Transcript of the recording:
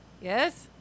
Yes